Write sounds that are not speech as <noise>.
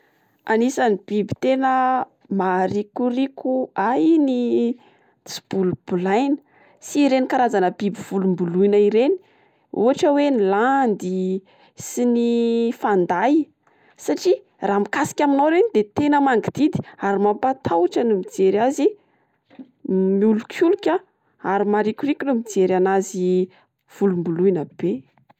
Anisan'ny biby tena maharikoriko ahy ny <hesitation> tsibolobolaina sy ireny karazana biby volomboloina ireny ohatra hoe: ny landy sy ny <hesitation> fanday satria raha mikasika amin'ao reny de tena mangidihidy ary tena mampatahotra ny mijery azy <hesitation> miholikolika ary marikoriko ny mijery an'azy volomboloina be.